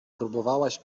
próbowałaś